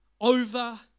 over